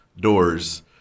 doors